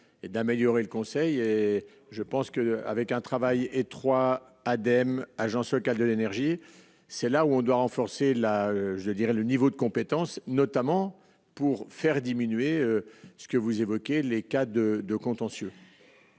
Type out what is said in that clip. et d'améliorer le conseil et je pense que, avec un travail étroit Ademe Agence cas de l'énergie, c'est là où on doit renforcer la, je dirais, le niveau de compétence, notamment pour faire diminuer ce que vous évoquez les cas de de contentieux.